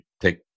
take